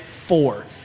four